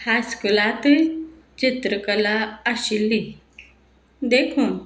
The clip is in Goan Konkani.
हायस्कुलातूय चित्रकला आशिल्ली देखून